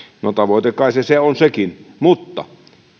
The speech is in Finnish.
no tavoite se se on kai sekin mutta